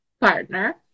Partner